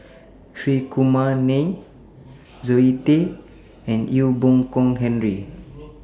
Hri Kumar Nair Zoe Tay and Ee Boon Kong Henry